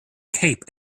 cape